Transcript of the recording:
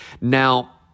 Now